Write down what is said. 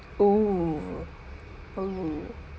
oh oh